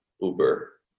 Uber